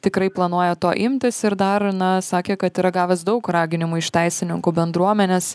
tikrai planuoja to imtis ir dar na sakė kad yra gavęs daug raginimų iš teisininkų bendruomenės